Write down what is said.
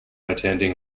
attending